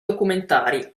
documentari